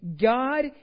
God